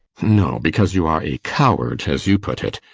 no, because you are a coward, as you put it.